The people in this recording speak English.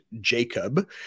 Jacob